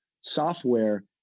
software